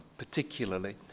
particularly